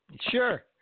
Sure